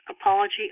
apology